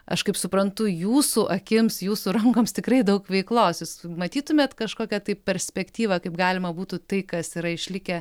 aš kaip suprantu jūsų akims jūsų rankoms tikrai daug veiklos jūs matytumėt kažkokią tai perspektyvą kaip galima būtų tai kas yra išlikę